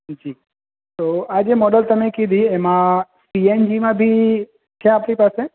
જી તો આ જે મોડલ તમે કીધી એમાં સીએનજી માં બી છે આપની પાસે